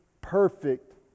perfect